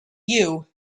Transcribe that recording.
you